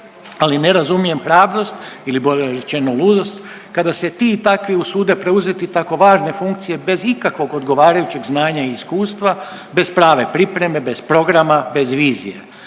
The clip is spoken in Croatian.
ali ne razumijem hrabrost ili bolje rečeno ludost kada se ti i takvi usude preuzeti tako važne funkcije bez ikakvog odgovarajućeg znanja i iskustva bez prave pripreme, bez programa, bez vizije.